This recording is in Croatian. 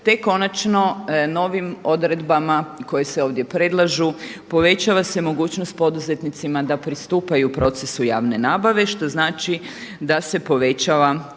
te konačno novim odredbama koje se ovdje predlažu povećava se mogućnost poduzetnicima da pristupaju procesu javne nabave što znači da se povećava